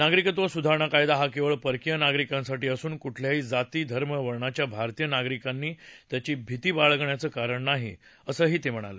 नागरिकत्व सुधारणा कायदा हा केवळ परकीय नागरिकांसाठी असून कुठल्याही जाती धर्म वर्णाच्या भारतीय नागरिकांनी त्याची भीती बाळगण्याचं कारण नाही असंही ते म्हणाले